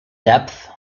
depth